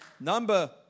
Number